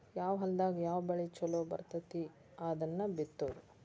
ಯಾವ ಹೊಲದಾಗ ಯಾವ ಬೆಳಿ ಚುಲೊ ಬರ್ತತಿ ಅದನ್ನ ಬಿತ್ತುದು